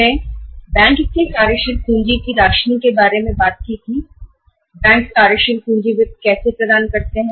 लेकिन पिछली कक्षा में क्योंकि हमने कार्यशील पूंजी की राशनिंग पर बात की थी इसलिए पहले यह समझ लेते हैं की बैंक कार्यशील पूंजी वित्त कैसे प्रदान करते हैं